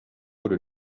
could